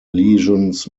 lesions